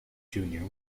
junior